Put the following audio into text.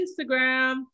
Instagram